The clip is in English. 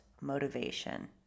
motivation